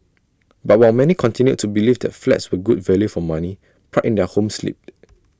but while many continued to believe that flats were good value for money pride in their homes slipped